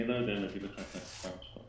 אני לא יודע להגיד לך את המספר עכשיו,